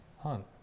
hunt